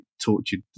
tortured